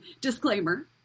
disclaimer